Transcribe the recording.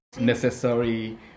necessary